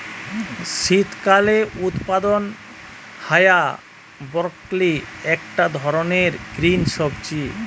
শীতকালে উৎপাদন হায়া ব্রকোলি একটা ধরণের গ্রিন সবজি